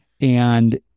And-